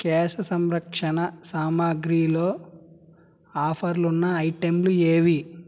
కేశ సంరక్షణ సామాగ్రిలో ఆఫర్లు ఉన్న ఐటెంలు ఏవి